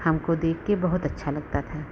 हमको देखकर बहुत अच्छा लगता था